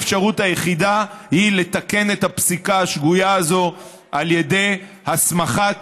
האפשרות היחידה היא לתקן את הפסיקה השגויה הזאת על ידי הסמכת